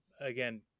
again